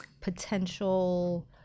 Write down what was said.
potential